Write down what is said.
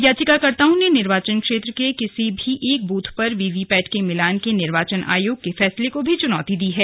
याचिकाकर्ताओं ने निवार्चन क्षेत्र के किसी भी एक बूथ पर वीवीपैट के मिलान के निर्वाचन आयोग के फैसले को भी चुनौती दी है